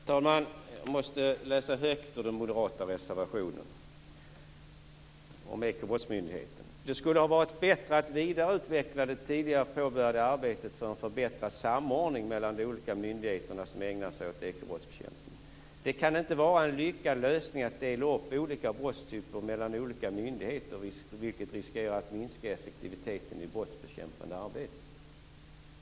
Herr talman! Jag måste läsa högt ur den moderata reservationen om Ekobrottsmyndigheten: "Det skulle ha varit bättre att vidareutveckla det tidigare påbörjade arbetet för en förbättrad samordning mellan de olika myndigheter som ägnar sig åt ekobrottsbekämpning. Det kan inte vara en lyckad lösning att dela upp olika brottstyper mellan olika myndigheter vilket riskerar att minska effektiviteten i det brottsbekämpande arbetet."